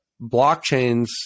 Blockchains